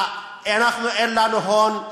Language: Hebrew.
לנו אין הון,